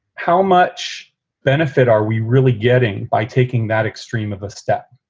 how much benefit are we really getting by taking that extreme of a step?